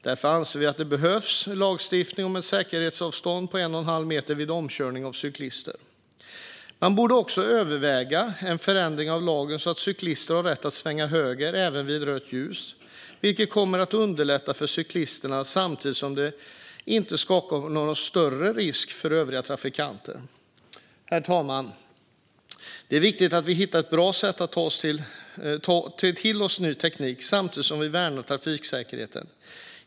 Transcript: Därför anser vi att det behövs lagstiftning om ett säkerhetsavstånd på 1,5 meter vid omkörning av cyklister. Man borde också överväga en förändring av lagen så att cyklister har rätt att svänga höger även vid rött ljus, vilket kommer att underlätta för cyklisterna samtidigt som det inte skapar några större risker för övriga trafikanter. Herr talman! Det är viktigt att vi hittar ett bra sätt att ta till oss ny teknik samtidigt som vi värnar trafiksäkerheten.